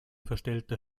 verstellter